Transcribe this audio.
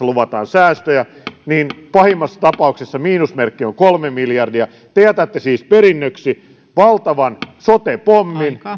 luvataan säästöjä että pahimmassa tapauksessa miinusmerkki on kolme miljardia te jätätte siis perinnöksi valtavan sote pommin